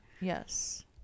Yes